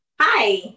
hi